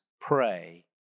pray